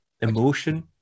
emotion